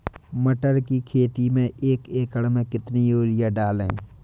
मटर की खेती में एक एकड़ में कितनी यूरिया डालें?